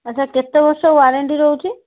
ଆଚ୍ଛା କେତେ ବର୍ଷ ୱାରେଣ୍ଟି ରହୁଛି